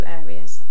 areas